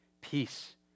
Peace